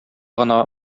гына